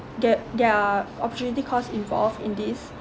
there there are opportunity cost involved in this